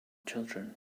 children